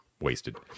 wasted